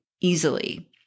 Easily